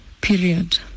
period